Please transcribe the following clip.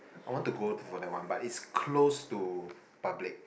I want to go for that one but is closed to public